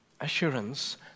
assurance